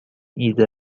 ایده